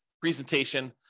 presentation